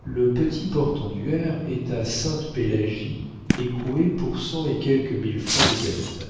le petit portenduère est à sainte-pélagie écroué pour cent et quelques mille francs de dettes